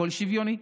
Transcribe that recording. הכול שוויוני.